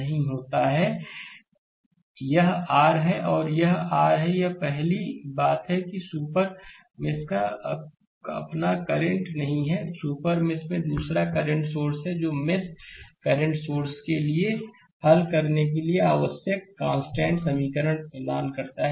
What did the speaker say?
slide समय देखें 2356 यह आर है यह आर है यह पहली बात है एक सुपर मेष का अपना कोई करंट नहीं है सुपर मेष में दूसरा एक करंट सोर्स है जो मेष करंट के लिए हल करने के लिए आवश्यक कांस्टेंट समीकरण प्रदान करता है